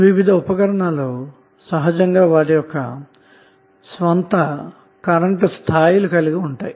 వివిధఉపకరణాలు సహజంగా వాటి స్వంతకరెంటు స్థాయిలు కలిగి ఉంటాయి